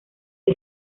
que